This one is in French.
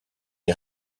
est